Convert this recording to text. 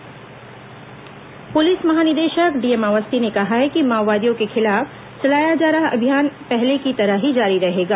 DGP बयान police महानिदेशक DM Awasthi ने कहा है कि माओवादियों के खिलाफ चलाया जा रहा अभियान पहले की तरह ही जारी रहेगा